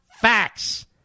facts